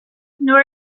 nor